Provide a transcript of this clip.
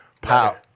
Pow